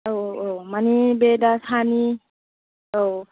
औ औ औ मानि बे दा सानि औ